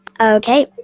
okay